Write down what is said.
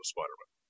Spider-Man